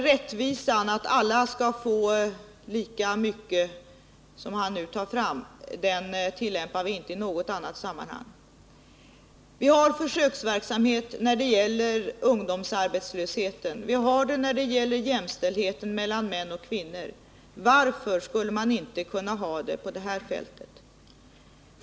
Rättvisetanken — att alla skall få lika mycket — som han nu för fram, tillämpar vi inte i något annat sammanhang. Vi bedriver försöksverksamhet när det gäller ungdomsarbetslöshet och när det gäller jämställdhet mellan män och kvinnor. Varför skulle man inte kunna ha det på det här fältet?